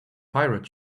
pirate